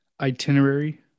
itinerary